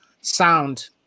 sound